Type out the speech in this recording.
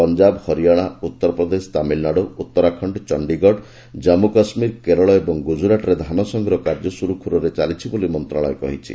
ପଞ୍ଜାବ ହରିଆଣା ଉତ୍ତରପ୍ରଦେଶ ତାମିଲନାଡୁ ଉତ୍ତରାଖଣ୍ଡ ଚଣ୍ଡିଗଡ଼ ଜାନ୍ଗୁ କାଶ୍ମୀର କେରଳ ଓ ଗୁଜରାଟରେ ଧାନ ସଂଗ୍ରହ କାର୍ଯ୍ୟ ସୁରୁଖୁରୁରେ ଚାଲିଛି ବୋଲି ମନ୍ତ୍ରଣାଳୟ କହିଛି